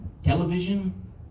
Television